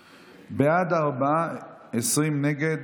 בעד, ארבעה, 20 נגד.